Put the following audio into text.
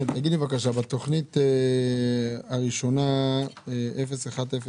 כן, תגיד לי בבקשה, בתוכנית הראשונה, 01-01,